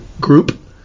group